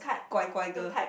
乖: guai 乖: guai girl